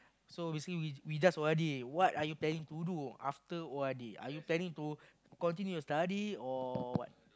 so basically we we just O_R_D what are you planning to do after O_R_D are you planning to continue study or what